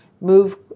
move